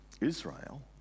Israel